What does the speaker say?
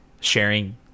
sharing